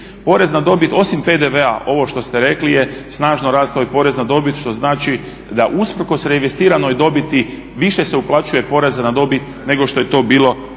Porez na dobit osim PDV-a, ovo što ste rekli je snažno rastao i porez na dobit što znači da usprkos reinvestiranoj dobiti više se uplaćuje poreza na dobit nego što je to bilo